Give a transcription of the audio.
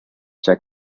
check